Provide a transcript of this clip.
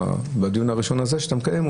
בדיון הראשון שאתה מקיים,